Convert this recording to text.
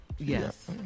Yes